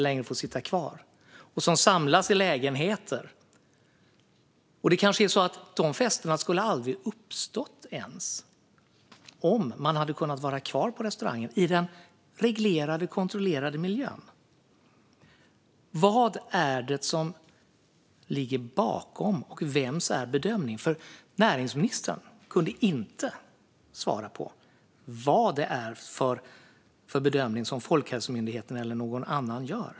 Då samlas man i lägenheter. De festerna skulle inte ha uppstått om man hade kunnat vara kvar i restaurangens reglerade och kontrollerade miljö. Vad är det som ligger bakom, och vems är bedömningen? Näringsministern kunde ju inte svara på vad det är för bedömning som Folkhälsomyndigheten eller någon annan gör.